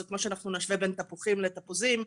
זה כמו שנשווה בין תפוחים לתפוזים.